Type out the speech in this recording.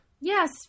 yes